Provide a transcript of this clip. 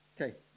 Okay